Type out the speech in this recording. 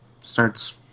starts